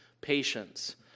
patience